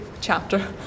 chapter